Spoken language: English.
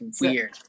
weird